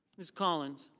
ms. collins.